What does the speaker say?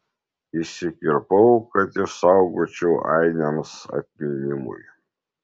išsikirpau kad išsaugočiau ainiams atminimui